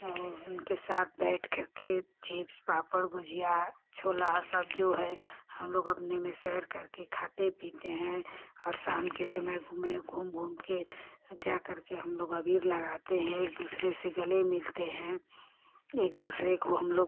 और उनके साथ बैठकर के चिप्स पापड़ गोझिया छोला सब जो है हम लोग अपने में सेयर करके खाते पीते हैं और शाम के समय घूमे घूम घूम कर जाकर के हम लोग अबीर लगाते हैं एक दूसरे से गले मिलते हैं एक दूसरे को हम लोग